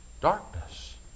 Darkness